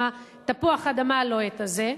עם תפוח האדמה הלוהט הזה,